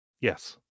Yes